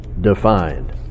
defined